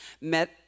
met